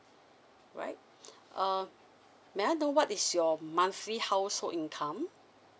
right err may I know what is your monthly household income